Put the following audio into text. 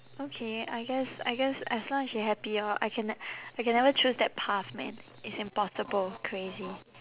okay I guess I guess as long as she happy lor I can ne~ I can never choose that path man it's impossible crazy